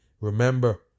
Remember